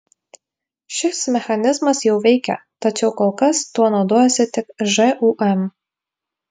šis mechanizmas jau veikia tačiau kol kas tuo naudojasi tik žūm